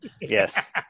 Yes